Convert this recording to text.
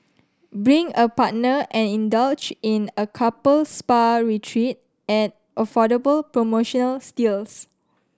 bring a partner and indulge in a couple spa retreat at affordable promotional steals